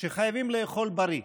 חייבים לאכול בריא.